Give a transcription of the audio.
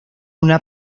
una